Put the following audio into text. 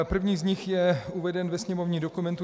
První z nich je uveden ve sněmovním dokumentu 3613.